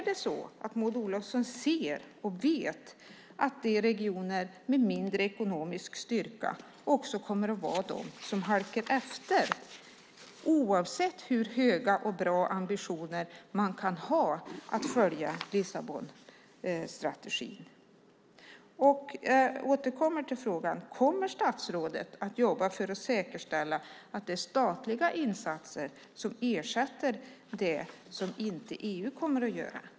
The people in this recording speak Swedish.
Ser Maud Olofsson och vet att det är regioner med mindre ekonomisk styrka som kommer att vara de som halkar efter, oavsett hur höga och bra ambitioner man har att följa Lissabonstrategin? Jag återkommer till frågan: Kommer statsrådet att jobba för att säkerställa att det är statliga insatser som ersätter det som EU inte kommer att göra?